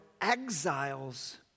exiles